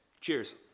Cheers